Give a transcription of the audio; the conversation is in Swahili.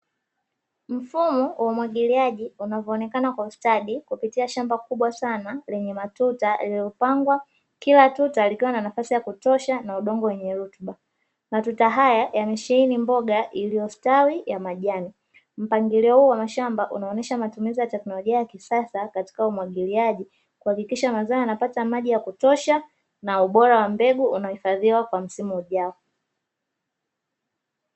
Mfumo wa umwagiliaji, unavyoonekana kwa ustadi kupitia shamba kubwa sana lenye matuta yaliyopangwa, kila tuta likiwa na nafasi ya kutosha na udongo wenye rutuba na matuta haya yamesheheni mboga iliyostawi ya majani. Mpangilio huu wa mashamba unaonyesha matumizi ya teknolojia ya kisasa katika umwagiliaji, kuhakikisha mazao yanapata maji ya kutosha na ubora wa mbegu unahifadhiwa kwa msimu ujao.